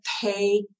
pay